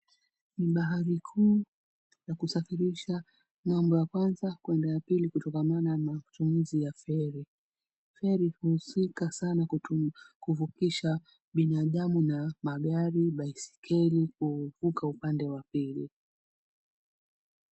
Ni bahari kuu ya kusafirisha ng'ambo ya kwanza kwenda ng'ambo ya pili kutoka maana ya matumizi ya feri. Feri huhusika sana kuvukisha binadamu na magari, baiskeli kuvuka upande wa pili.